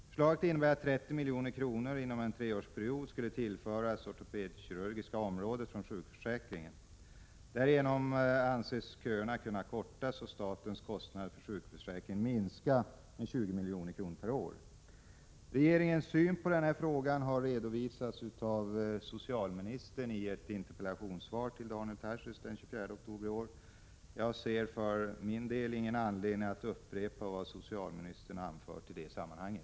Förslaget innebär att 30 milj.kr. inom en treårsperiod skulle tillföras ortopedkirurgiska området från sjukförsäkringen. Därigenom anses köerna kunna kortas och statens kostnader för sjukförsäkringen minskas med 20 milj.kr. per år. Regeringens syn på den här frågan har redovisats av socialministern i ett interpellationssvar till Daniel Tarschys den 24 oktober i år. Jag ser för min del ingen anledning att upprepa vad socialministern anfört i det sammanhanget.